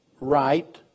right